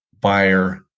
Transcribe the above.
buyer